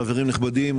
חברים נכבדים,